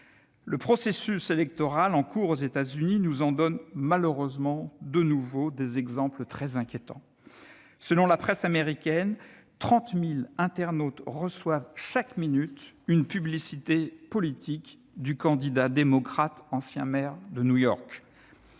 Le processus électoral en cours aux États-Unis nous en donne malheureusement, de nouveau, des exemples très inquiétants. Selon la presse américaine, 30 000 internautes reçoivent chaque minute une publicité politique du candidat démocrate ancien maire de New York.